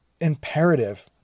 imperative